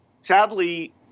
sadly